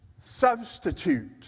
substitute